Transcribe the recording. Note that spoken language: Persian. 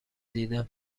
دیدم